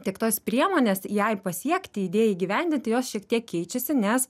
tik tos priemonės jai pasiekti idėjai įgyvendinti jos šiek tiek keičiasi nes